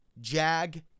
Jag